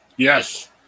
Yes